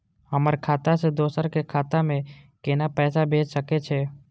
हमर खाता से दोसर के खाता में केना पैसा भेज सके छे?